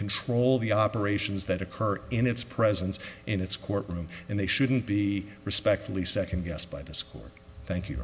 control the operations that occur in its presence in its courtroom and they shouldn't be respectfully second guessed by the school thank you